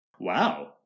Wow